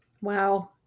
Wow